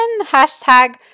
hashtag